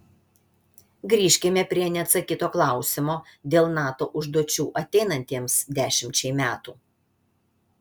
grįžkime prie neatsakyto klausimo dėl nato užduočių ateinantiems dešimčiai metų